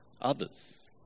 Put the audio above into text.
others